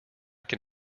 can